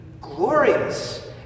glorious